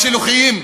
השילוחיים.